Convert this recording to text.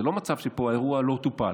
זה לא מצב שהאירוע פה לא טופל.